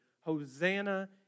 Hosanna